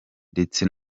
ndetse